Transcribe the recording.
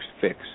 fix